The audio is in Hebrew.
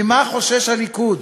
ממה חושש הליכוד?